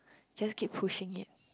just keep pushing it